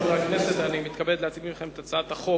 חברי הכנסת, אני מתכבד להציג לפניכם את הצעת החוק